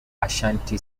ashanti